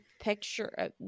picture